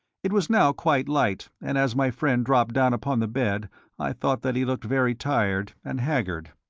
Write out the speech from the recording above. it was now quite light, and as my friend dropped down upon the bed i thought that he looked very tired and haggard.